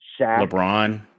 LeBron